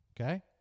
okay